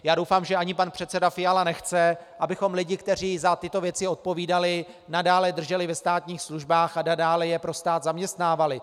Já doufám, že ani pan předseda Fiala nechce, abychom lidi, kteří za tyto věci odpovídali, nadále drželi ve státních službách a dále je pro stát zaměstnávali.